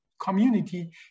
community